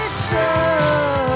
show